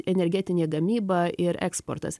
energetinė gamyba ir eksportas